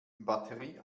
batterie